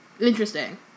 interesting